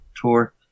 tour